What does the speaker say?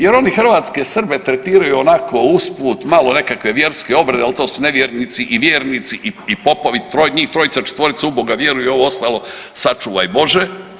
Jer oni hrvatske Srbe tretiraju onako uz put malo nekakve vjerske obrede, ali to su nevjernici, i vjernici i popovi, njih trojica, četvorica u Boga vjeruju a ovo ostalo sačuvaj Bože.